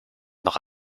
noch